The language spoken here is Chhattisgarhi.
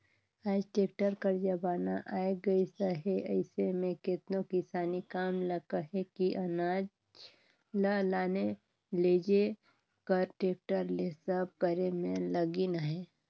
आएज टेक्टर कर जमाना आए गइस अहे अइसे में केतनो किसानी काम ल कहे कि अनाज ल लाने लेइजे कर टेक्टर ले सब करे में लगिन अहें